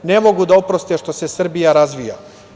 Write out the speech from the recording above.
Ne mogu da oproste što se Srbija razvija.